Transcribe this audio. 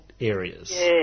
areas